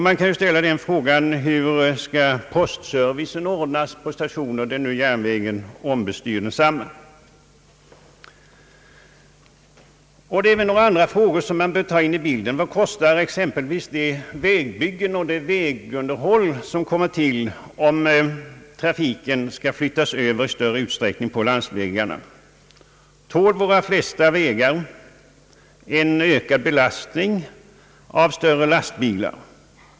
Man kan ju ställa frågan: Hur skall postservicen ordnas på de stationer, där järnvägen nu ombesörjer densamma? Det är några andra frågor som man också bör ta in i bilden. Vad kostar exempelvis de vägbyggen och det vägunderhåll, som kommer till om trafiken i större utsträckning skall flyttas över på landsvägarna? Tål de flesta av våra vägar en ökad belastning av större lastbilar?